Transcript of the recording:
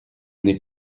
n’ai